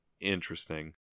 interesting